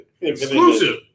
Exclusive